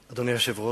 ו-2287.